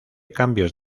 cambios